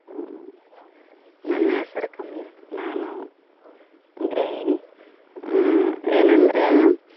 ನನ್ನ ಹೆಸರು ಕಮಲ ನಾನು ಗೃಹಿಣಿ ಏನೆಂದರೆ